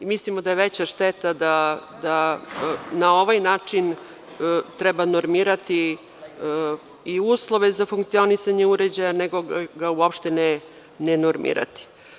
Mislimo da je veća šteta da na ovaj način treba normirati i uslove za funkcionisanje uređaja nego ga uopšte ne normirati.